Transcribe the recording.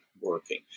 working